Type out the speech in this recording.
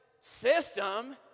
system